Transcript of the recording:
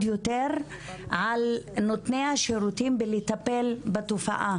יותר על נותני השירותים לטפל בתופעה.